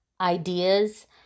ideas